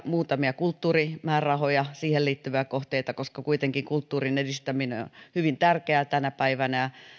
muutamia kulttuurimäärärahoja siihen liittyviä kohteita koska kuitenkin kulttuurin edistäminen on on hyvin tärkeää tänä päivänä ja